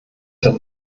hat